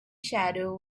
shadow